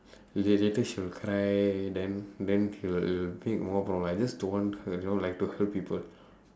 la~ later she will cry then then she'll it will make more problem I just don't want hu~ you know like to hurt people